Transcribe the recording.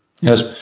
Yes